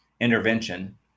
intervention